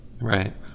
Right